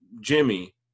jimmy